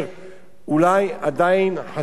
אולי עדיין חסר לנו,